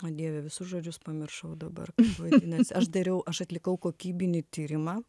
o dieve visus žodžius pamiršau dabar vadinas aš dariau aš atlikau kokybinį tyrimą